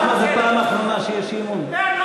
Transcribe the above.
למה זה פעם אחרונה שיש אי-אמון?